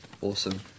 Awesome